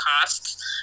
costs